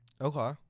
Okay